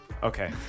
Okay